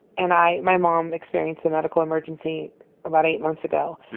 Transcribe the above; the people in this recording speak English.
and i my mom experienced a medical emergency about eight months ago.